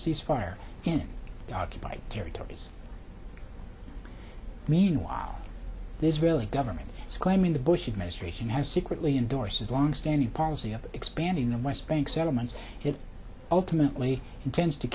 cease fire in the occupied territories meanwhile israeli government is claiming the bush administration has secretly endorsers longstanding policy of expanding the west bank settlements it ultimately intends to